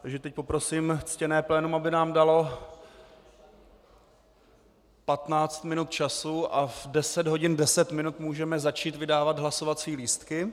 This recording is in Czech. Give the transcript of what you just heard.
Takže teď poprosím ctěné plénum, aby nám dalo 15 minut času a v 10 hodin 10 minut můžeme začít vydávat hlasovací lístky.